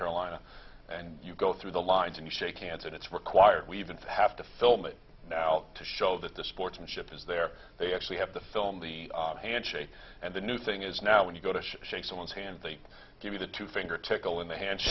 carolina and you go through the lines and shake hands and it's required we even have to film it now to show that the sportsmanship is there they actually have the film the handshake and the new thing is now when you go to shake someone's hand they give you the two finger tickle in the hand